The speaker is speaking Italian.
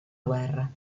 guerra